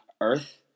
Earth